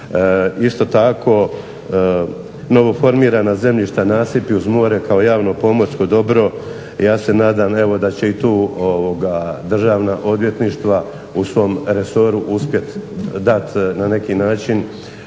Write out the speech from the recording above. Isto tako novo formirana zemljišta, nasipi uz more kao javno pomorsko dobro ja se nadam evo da će i tu državna odvjetništva u svom resoru uspjeti dati na neki način